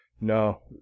No